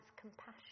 compassion